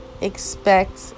expect